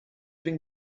been